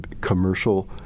commercial